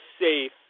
safe